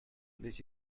that